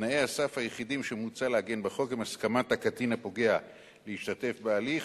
תנאי הסף היחידים שמוצע לעגן בחוק הם הסכמת הקטין הפוגע להשתתף בהליך,